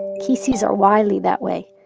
kisi's are wily that way.